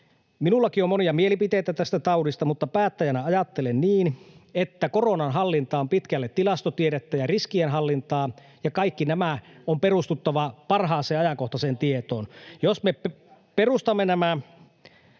Minullakin on monia mielipiteitä tästä taudista, mutta päättäjänä ajattelen niin, että koronan hallinta on pitkälle tilastotiedettä ja riskienhallintaa ja kaiken tämän on perustuttava parhaaseen ajankohtaiseen tietoon. Jos me perustamme nämä